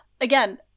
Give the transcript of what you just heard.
again